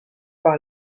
par